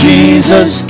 Jesus